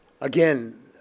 again